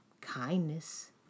kindness